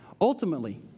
Ultimately